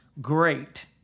great